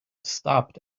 stopped